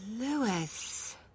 Lewis